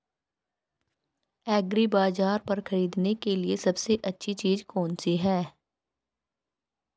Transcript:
एग्रीबाज़ार पर खरीदने के लिए सबसे अच्छी चीज़ कौनसी है?